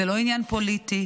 זה לא עניין פוליטי,